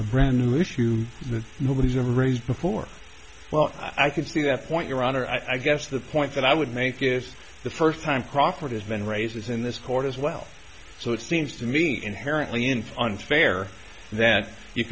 a brand new issue that nobody's ever raised before well i could see that point your honor i guess the point that i would make is that the first time crawford has been raises in this court as well so it seems to me inherently in funfair that you